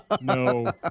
No